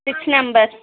six members